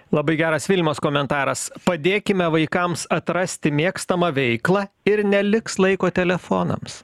labai geras vilimas komentaras padėkime vaikams atrasti mėgstamą veiklą ir neliks laiko telefonams